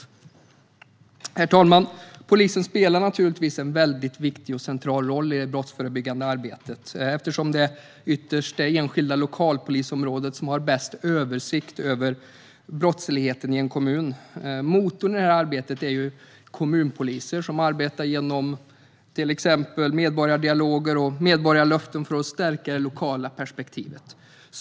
Herr talman! Polisen spelar naturligtvis en viktig och central roll i det brottsförebyggande arbetet eftersom det ytterst är det enskilda lokalpolisområdet som har bäst översikt över brottsligheten i en kommun. Motorn i detta arbete är kommunpoliser, som genom till exempel medborgardialoger och medborgarlöften arbetar för att stärka det lokala perspektivet.